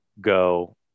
go